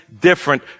different